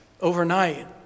overnight